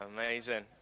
amazing